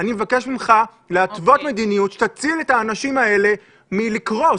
אני מבקש ממך להתוות מדיניות שתציל את האנשים האלה מקריסה.